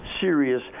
serious